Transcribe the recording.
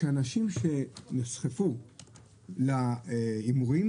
שאנשים שנסחפו להימורים,